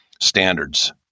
standards